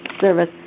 service